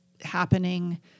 happening